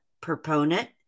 proponent